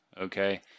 okay